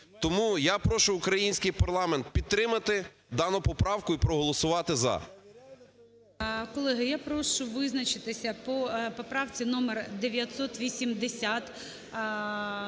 Тому я прошу український парламент підтримати дану поправку і проголосувати "за". ГОЛОВУЮЧИЙ. Колеги, я прошу визначитися по поправці номер 980.